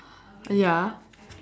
ya